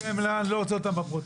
את המילה הזאת אני לא רוצה בפרוטוקול.